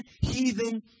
heathen